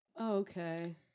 okay